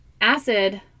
acid